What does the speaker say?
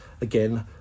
Again